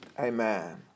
Amen